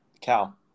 Cal